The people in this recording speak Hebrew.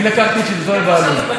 הכוהן הגדול מכולם,